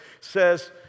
says